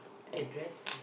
address